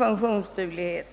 för detta.